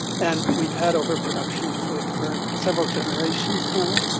and we've had over-production of food for several generations now.